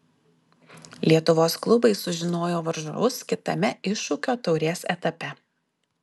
lietuvos klubai sužinojo varžovus kitame iššūkio taurės etape